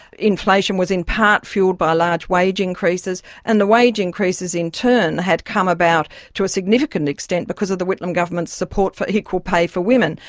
inflation was in part fuelled by large wage increases and the wage increases in turn had come about to a significant extent because of the whitlam government's support for equal pay for women.